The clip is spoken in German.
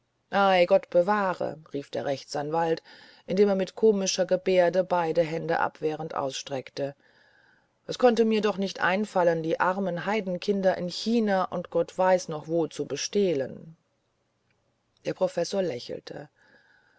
gott bewahre rief der rechtsanwalt indem er mit komischer gebärde beide hände abwehrend ausstreckte es könnte mir doch nicht einfallen die armen heidenkinder in china und gott weiß wo noch zu bestehlen der professor lächelte